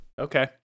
Okay